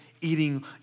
eating